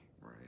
Right